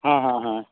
হা হা হা